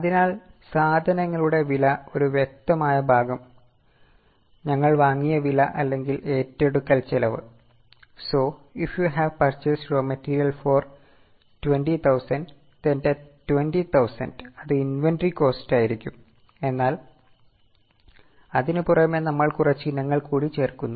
അതിനാൽ സാധനങ്ങളുടെ വില ഒരു വ്യക്തമായ ഭാഗം ഞങ്ങൾ വാങ്ങിയ വില അല്ലെങ്കിൽ ഏറ്റെടുക്കൽ ചെലവ് So if you have purchased raw material for 20000 then the 20000 അത് ഇന്വെന്ററി കോസ്റ്റ് ആയിരിക്കും എന്നാൽ അതിനുപുറമെ നമ്മൾ കുറച്ച് ഇനങ്ങൾ കൂടി ചേർക്കുന്നു